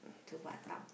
to Batam